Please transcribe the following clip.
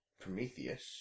Prometheus